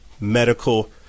medical